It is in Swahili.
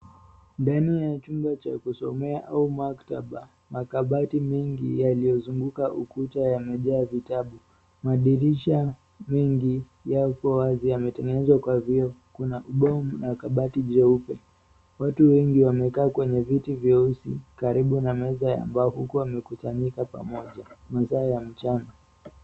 Ndani ya chumba cha kusomea au maktaba makabati mengi yaliyozunguka ukuta yamejaa vitabu, madirisha mengi yako wazi yametengenezwa kwa vioo, kuna vioo na makabati jeupe, watu wengi wamekaa kwenye viti vyeusi karibu na meza ya mbao huku wamekusanyika pamoja masaa ya mchana.